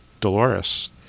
Dolores